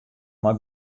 mei